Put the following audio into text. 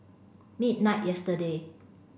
midnight yesterday